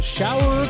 Shower